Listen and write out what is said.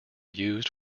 used